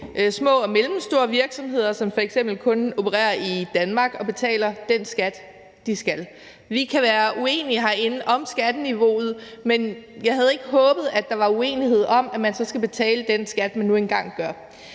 små og mellemstore virksomheder, som f.eks. kun opererer i Danmark, og som betaler den skat, de skal. Vi kan herinde være uenige om skatteniveauet, men jeg håbede ikke, at der var uenighed om, at man så skal betale den skat, som man nu engang skal.